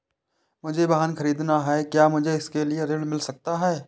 मुझे वाहन ख़रीदना है क्या मुझे इसके लिए ऋण मिल सकता है?